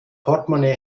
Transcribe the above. portemonnaie